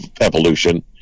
evolution